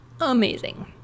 amazing